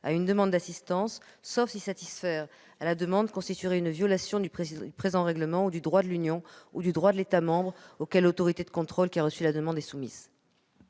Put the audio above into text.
à une demande d'assistance, sauf si « satisfaire à la demande constituerait une violation du présent règlement ou du droit de l'Union ou du droit de l'État membre auquel l'autorité de contrôle qui a reçu la demande est soumise